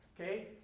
Okay